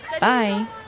Bye